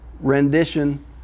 rendition